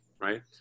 right